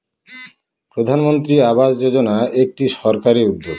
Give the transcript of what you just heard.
প্রধানমন্ত্রী আবাস যোজনা একটি সরকারি উদ্যোগ